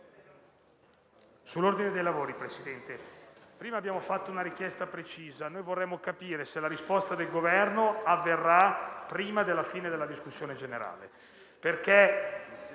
Signor Presidente, prima abbiamo fatto una richiesta precisa. Vorremmo capire se la risposta del Governo avverrà prima della fine della discussione generale per